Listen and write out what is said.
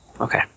Okay